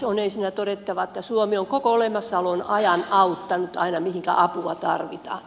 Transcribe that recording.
on ensinnä todettava että suomi on koko olemassaolonsa ajan auttanut aina mihinkä apua tarvitaan